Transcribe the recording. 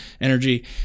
energy